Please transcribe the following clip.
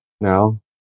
now